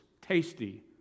tasty